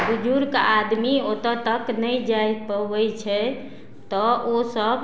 बुजुर्ग आदमी ओतऽ तक नहि जा पबय छै तऽ ओ सब